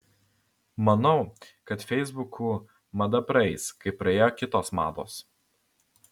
manau kad feisbukų mada praeis kaip praėjo kitos mados